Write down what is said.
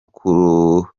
kuruhukira